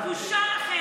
בושה.